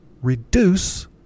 reduce